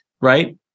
right